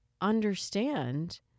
understand